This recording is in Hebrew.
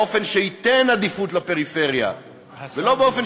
באופן שייתן עדיפות לפריפריה ולא באופן